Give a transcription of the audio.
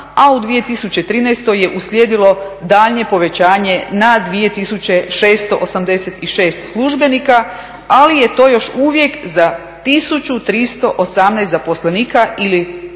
a u 2013. je uslijedilo daljnje povećanje na 2686 službenika ali je to još uvijek za 1318 zaposlenika ili čak